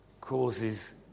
causes